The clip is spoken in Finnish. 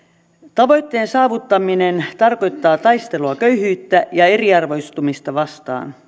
tavoitteen saavuttaminen tarkoittaa taistelua köyhyyttä ja eriarvoistumista vastaan